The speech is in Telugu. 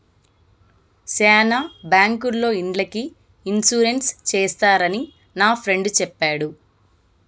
శ్యానా బ్యాంకుల్లో ఇండ్లకి ఇన్సూరెన్స్ చేస్తారని నా ఫ్రెండు చెప్పాడు